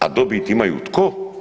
A dobiti imaju, tko?